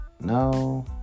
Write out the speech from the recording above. no